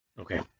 Okay